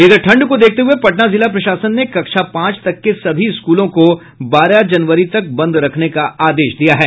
इधर ठंड को देखते हुये पटना जिला प्रशासन ने कक्षा पांच तक के सभी स्कूलों को बारह जनवरी तक बंद रखने का आदेश दिया है